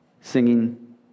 singing